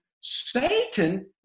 Satan